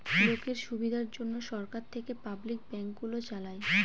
লোকের সুবিধার জন্যে সরকার থেকে পাবলিক ব্যাঙ্ক গুলো চালায়